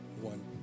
One